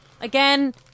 Again